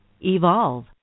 Evolve